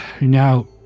Now